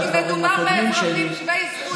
כי מדובר באזרחים שווי זכויות,